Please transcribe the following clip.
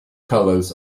colors